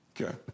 Okay